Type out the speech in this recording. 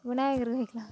விநாயகருக்கு வைக்கலாம்